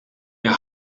der